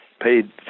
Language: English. paid